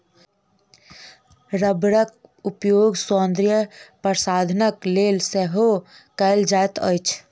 रबड़क उपयोग सौंदर्य प्रशाधनक लेल सेहो कयल जाइत अछि